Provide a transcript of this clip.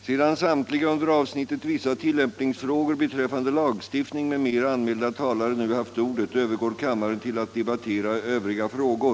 Sedan samtliga under avsnittet Vissa tillämpningsfrågor beträffande lagstiftning m.m. anmälda talare nu haft ordet övergår kammaren till att debattera Övriga frågor.